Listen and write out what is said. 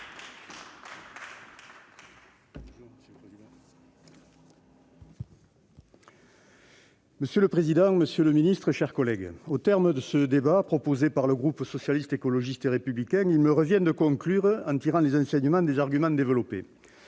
Monsieur le président, monsieur le ministre, mes chers collègues, au terme de ce débat proposé par le groupe Socialiste, Écologiste et Républicain, il me revient de conclure en tirant les enseignements des arguments formulés.